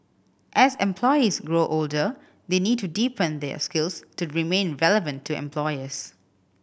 as employees grow older they need to deepen their skills to remain relevant to employers